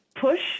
push